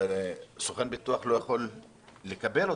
סוכן ביטוח לא יכול לקבל אותו.